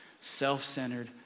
self-centered